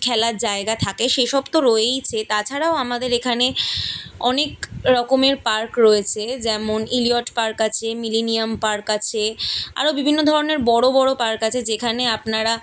খেলার জায়াগা থাকে সেসব তো রয়েইছে তাছাড়াও আমাদের এখানে অনেক রকমের পার্ক রয়েছে যেমন এলিয়ট পার্ক আছে মিলেনিয়াম পার্ক আছে আরো বিভিন্ন ধরনের বড় বড় পার্ক আছে যেখানে আপনারা